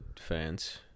fans